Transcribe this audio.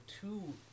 two